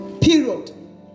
Period